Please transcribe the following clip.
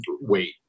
wait